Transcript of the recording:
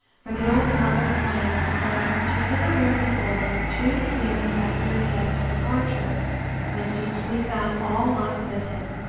for the old mother claimed that to set a room in order too soon after a guest's departure was to sweep out all luck with him.